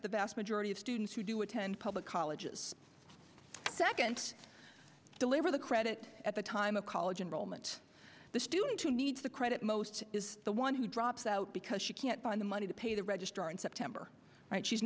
to the vast majority of students who do attend public colleges second deliver the credit at the time of college enrollment the student who needs the credit most is the one who drops out because she can't find the money to pay the registrar in september and she's